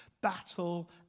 battle